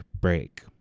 break